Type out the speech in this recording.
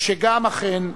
שגם, אכן,